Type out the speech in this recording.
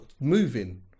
moving